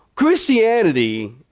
Christianity